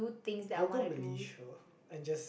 I will go Malaysia and just